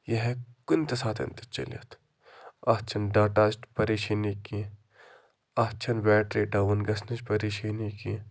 یہِ ہٮ۪کہِ کُنہِ تہِ ساتَن تہِ چٔلِتھ اَتھ چھَنہٕ ڈاٹاہٕچ پریٖشٲنی کیٚنٛہہ اَتھ چھَنہٕ بیٹرٛی ڈاوُن گژھنٕچ پریٖشٲنی کیٚنٛہہ